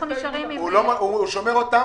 גם השר אומר את זה.